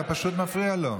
אתה פשוט מפריע לו.